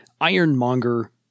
Ironmonger